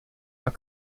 are